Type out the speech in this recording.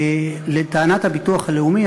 לטענת הביטוח הלאומי,